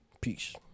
peace